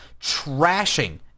trashing